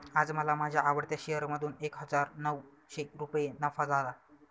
आज मला माझ्या आवडत्या शेअर मधून एक हजार नऊशे रुपये नफा झाला